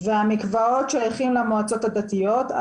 והמקוואות שייכים למועצות הדתיות.